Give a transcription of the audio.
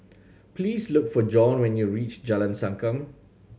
please look for John when you reach Jalan Sankam